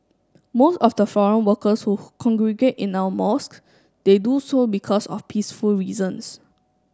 most of the foreign workers who congregate in our mosques they do so because of peaceful reasons